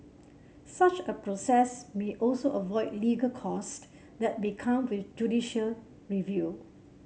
such a process may also avoid illegal cost that become with judicial review